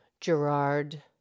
Gerard